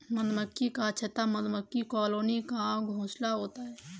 मधुमक्खी का छत्ता मधुमक्खी कॉलोनी का घोंसला होता है